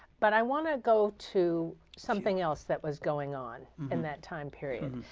but i want to go to something else that was going on in that time period.